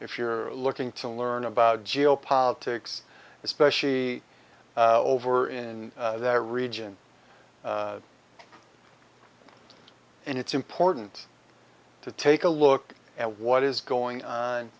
if you're looking to learn about geopolitics especially over in that region and it's important to take a look at what is going on